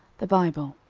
the bible,